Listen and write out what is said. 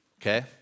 Okay